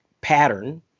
Pattern